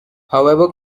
however